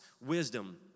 wisdom